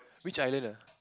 which island